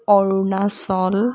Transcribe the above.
Arunachal